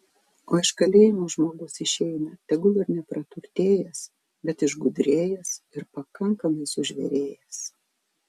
o iš kalėjimo žmogus išeina tegul ir nepraturtėjęs bet išgudrėjęs ir pakankamai sužvėrėjęs